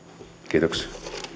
kiitoksia